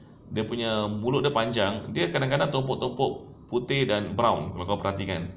dia punya mulut dia panjang dia kadang kadang tompok-tompok putih dan brown kalau kau perhatikan